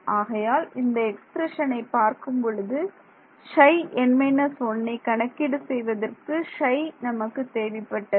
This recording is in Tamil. ஆகையால் இந்த எக்ஸ்பிரஷனை பார்க்கும் பொழுது Ψn−1 ஐ கணக்கீடு செய்வதற்கு Ψ நமக்கு தேவைப்பட்டது